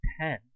ten